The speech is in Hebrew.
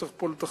צריך פה לתכלל,